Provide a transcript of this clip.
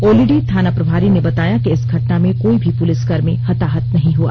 ओलीडीह थाना प्रभारी ने बताया कि इस घटना में कोई भी पुलिसकर्मी हताहत नहीं हुआ